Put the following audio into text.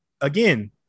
again